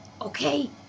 Okay